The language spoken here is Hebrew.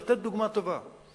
לתת דוגמה טובה,